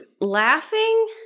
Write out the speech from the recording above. laughing